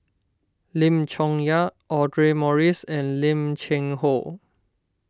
Lim Chong Yah Audra Morrice and Lim Cheng Hoe